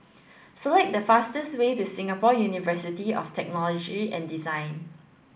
Select the fastest way to Singapore University of Technology and Design